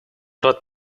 рад